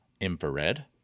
infrared